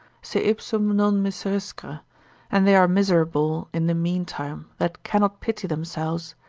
seipsum non miserescere, and they are miserable in the meantime that cannot pity themselves,